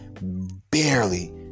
barely